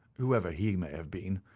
whoever he may have been.